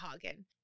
hagen